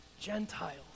Gentiles